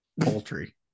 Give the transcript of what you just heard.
Poultry